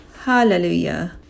hallelujah